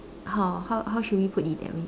how how how should we put it that way